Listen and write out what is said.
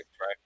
Right